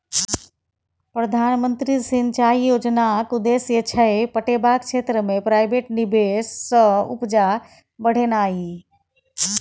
प्रधानमंत्री सिंचाई योजनाक उद्देश्य छै पटेबाक क्षेत्र मे प्राइवेट निबेश सँ उपजा बढ़ेनाइ